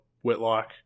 Whitlock